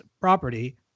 property